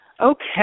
Okay